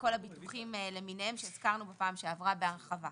וכל הביטוחים למיניהם שהזכרנו בפעם שעברה בהרחבה.